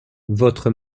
votre